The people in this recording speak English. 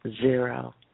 zero